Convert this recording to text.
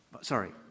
Sorry